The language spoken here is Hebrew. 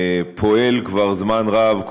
פועל כבר זמן רב,